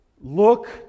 look